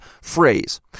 phrase